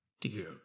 Dear